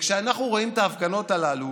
וכשאנחנו רואים את ההפגנות הללו